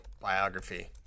biography